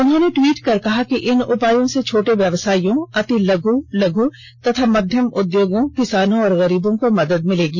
उन्होंने ट्वीट कर कहा है कि इन उपायों से छोटे व्यावसायियों अति लघु लघु तथा मध्यम उद्योगों किसानों और गरीबों को मदद मिलेगी